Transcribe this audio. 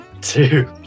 two